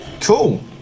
Cool